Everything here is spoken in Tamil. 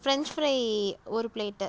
ஃப்ரென்ச் ஃப்ரை ஒரு ப்ளேட்டு